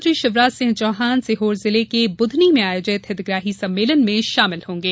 मुख्यमंत्री शिवराज सिंह चौहान सीहोर जिले के बुधनी में आयोजित हितग्राही सम्मेलन में शामिल होंगे